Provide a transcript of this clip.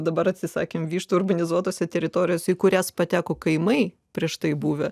dabar atsisakėme vištų urbanizuotose teritorijose kurias pateko kaimai prieš tai buvę